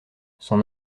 son